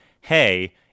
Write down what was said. Hey